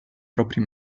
propri